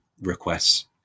requests